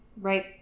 right